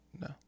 no